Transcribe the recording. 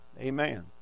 Amen